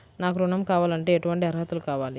నాకు ఋణం కావాలంటే ఏటువంటి అర్హతలు కావాలి?